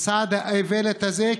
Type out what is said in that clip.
מצעד האיוולת הזה,